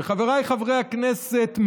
וחבריי חברי הכנסת,